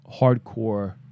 hardcore